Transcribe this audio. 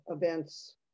events